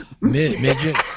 midget